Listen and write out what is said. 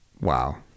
Wow